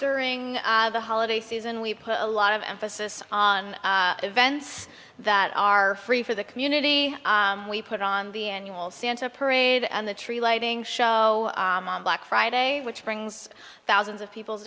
during the holiday season we put a lot of emphasis on events that are free for the community we put on the annual santa parade and the tree lighting show on black friday which brings thousands of people